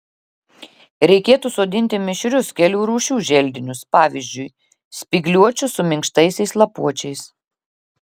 reikėtų sodinti mišrius kelių rūšių želdinius pavyzdžiui spygliuočius su minkštaisiais lapuočiais